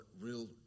real